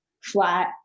flat